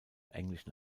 englischen